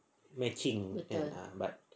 matching